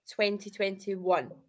2021